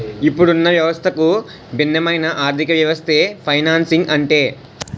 ఇప్పుడున్న వ్యవస్థకు భిన్నమైన ఆర్థికవ్యవస్థే ఫైనాన్సింగ్ అంటే